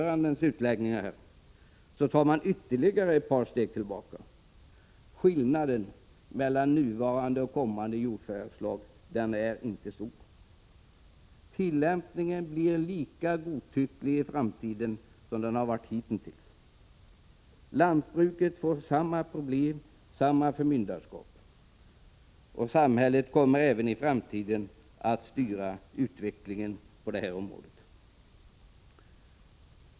1986/87:132 ordförandens utläggningar här. Skillnaden mellan nuvarande och komman de jordförvärvslag är inte stor. Tillämpningen blir lika godtycklig i framtiden som den har varit hitintills. Lantbruket får samma problem och samma förmynderskap. Samhället kommer även i framtiden att styra utvecklingen på det här området.